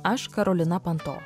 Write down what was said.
aš karolina panto